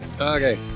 Okay